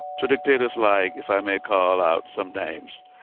to dictators like, if i may call out some names,